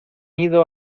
ido